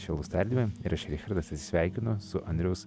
švelnūs tardymai ir aš richardas atsisveikinu su andriaus